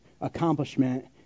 accomplishment